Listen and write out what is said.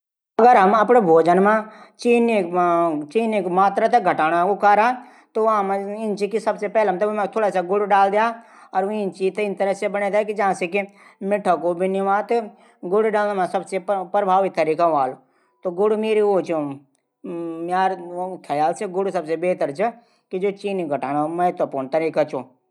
अगर हम अपडू भोजन मा चीनी मात्रा थै घटाणा ऊ कारा त वां से अछू हम थुडा सी गुड डाली द्या ।त वीं चीज थै इन तरीके से बणैं द्या। मिठू कमी भी न लगी। गुड डलूं सबसे अचू और प्रभावी तरीका हवालु। त गुड बहुत अछु च चीनी घटाणु बेहतर तरीका च।